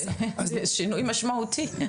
שינוי משמעותי.